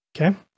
Okay